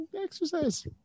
exercise